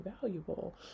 valuable